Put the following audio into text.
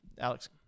Alex